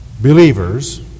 believers